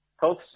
health